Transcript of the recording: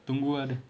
tunggu ah dia